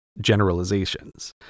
generalizations